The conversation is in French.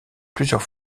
plusieurs